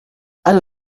alle